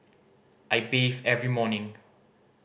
I bathe every morning